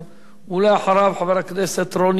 ואחריו, חבר הכנסת רוני בר-און.